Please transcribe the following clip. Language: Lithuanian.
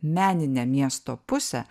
meninę miesto pusę